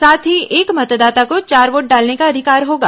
साथ ही एक मतदाता को चार वोट डालने का अधिकार होगा